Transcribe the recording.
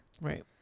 Right